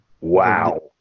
Wow